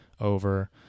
over